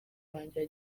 wanjye